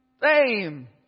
Fame